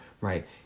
right